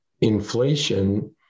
inflation